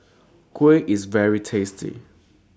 Kuih IS very tasty